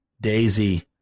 Daisy